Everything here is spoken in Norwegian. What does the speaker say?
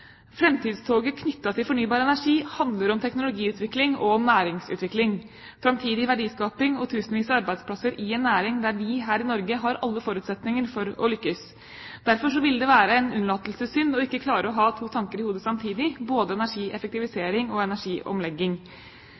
Framtidstoget knyttet til fornybar energi handler om teknologiutvikling og om næringsutvikling – framtidig verdiskaping og tusenvis av arbeidsplasser i en næring der vi her i Norge har alle forutsetninger for å lykkes. Derfor ville det være en unnlatelsessynd ikke å klare å ha to tanker i hodet samtidig, både energieffektivisering og energiomlegging.